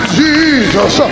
jesus